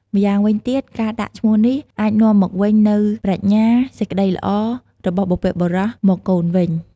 ម្យ៉ាងវិញទៀត ការដាក់ឈ្មោះនេះ អាចនាំមកវិញនូវប្រាជ្ញា សេចក្ដីល្អ របស់បុព្វបុរសមកកូនវិញ។